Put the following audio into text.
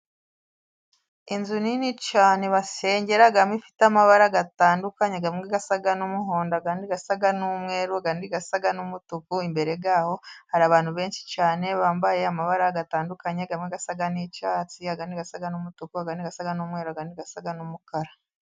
Inzu nini basengeramo ifite amabara atandukanye. h Habamo asa n'umuhondo, andi asa n'umweru, andi asa n'umutuku. Imbere yaho hari abantu benshi cyane bambaye amabara atandukanye harimo asa n'icyatsi, andi asa n'umutuku, andi asa n'umweru, andi asa n'umukara.